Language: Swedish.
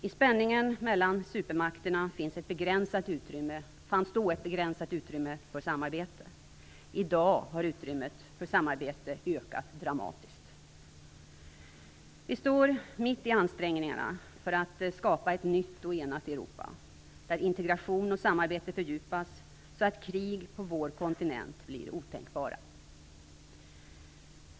I spänningen mellan supermakterna fanns då ett begränsat utrymme för samarbete. I dag har utrymmet för samarbete ökat dramatiskt. Vi står mitt i ansträngningarna för att skapa ett nytt och enat Europa, där integration och samarbete fördjupas så att krig på vår kontinent blir otänkbara.